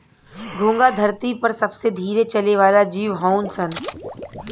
घोंघा धरती पर सबसे धीरे चले वाला जीव हऊन सन